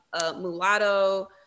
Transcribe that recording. Mulatto